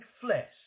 flesh